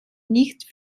nicht